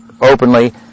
openly